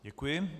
Děkuji.